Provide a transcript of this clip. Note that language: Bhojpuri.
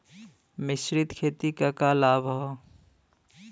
मिश्रित खेती क का लाभ ह?